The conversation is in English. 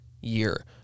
year